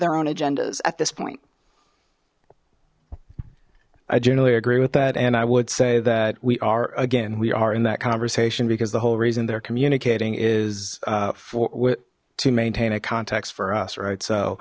their own agendas at this point i do agree with that and i would say that we are again we are in that conversation because the whole reason they're communicating is for what to maintain a context for us right so